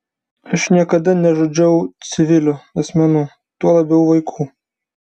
aš niekada nežudžiau civilių asmenų tuo labiau vaikų